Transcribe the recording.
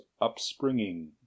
upspringing